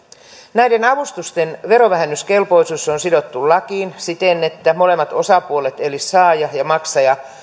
näiden avustusten verovähennyskelpoisuus on sidottu lakiin siten että molempien osapuolten eli saajan ja maksajan